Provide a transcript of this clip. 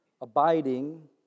abiding